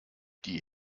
die